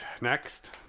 Next